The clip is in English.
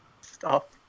Stop